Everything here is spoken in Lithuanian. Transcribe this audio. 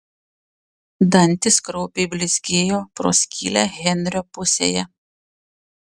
dantys kraupiai blizgėjo pro skylę henrio pusėje